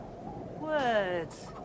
Words